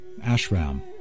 Ashram